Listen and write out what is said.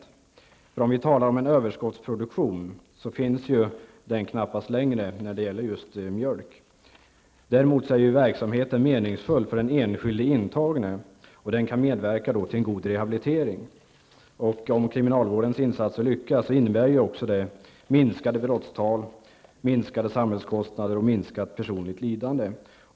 Vi har knappast längre någon överskottsproduktion av mjölk. Däremot är denna verksamhet meningsfull för den enskilde intagne, och den kan medverka till en god rehabilitering. Om kriminalvårdens insatser lyckas innebär det minskade brottstal, minskade samhällskostnader och minskat personligt lidande.